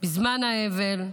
בזמן האבל,